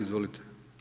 Izvolite.